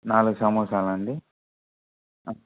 నాలుగు సమోసాలాండి